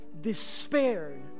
despaired